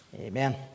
Amen